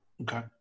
Okay